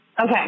Okay